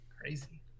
crazy